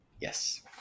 yes